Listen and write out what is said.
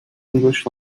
english